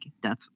death